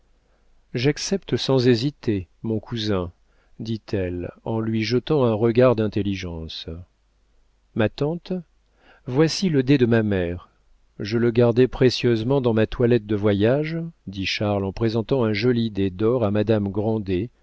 j'accepte sans hésiter mon cousin dit-elle en lui jetant un regard d'intelligence ma tante voici le dé de ma mère je le gardais précieusement dans ma toilette de voyage dit charles en présentant un joli dé d'or à madame grandet